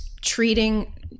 treating